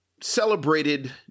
celebrated